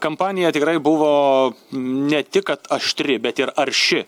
kampanija tikrai buvo ne tik kad aštri bet ir arši